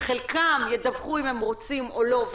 חלקם ידווחו אם הם רוצים או לא,